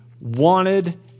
wanted